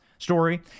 Story